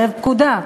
יסרב פקודה,